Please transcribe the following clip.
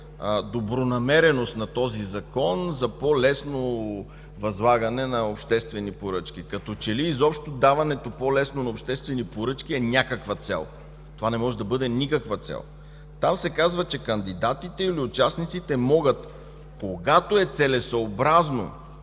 добронамереност на този Закон за по-лесно възлагане на обществени поръчки. Като че ли изобщо по-лесното даване на обществени поръчки е някаква цел! Това не може да бъде никаква цел. Там се казва, че кандидатите или участниците могат, „когато е целесъобразно”,